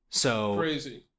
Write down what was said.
Crazy